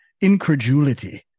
incredulity